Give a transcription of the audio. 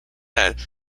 that